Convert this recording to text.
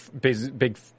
big